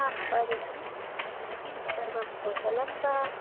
आं वदतु किं सर्वं कुशलं वा